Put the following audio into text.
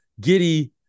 Giddy